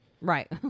Right